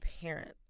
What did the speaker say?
parent